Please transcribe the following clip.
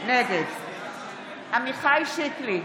נגד עמיחי שיקלי,